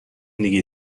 دیگه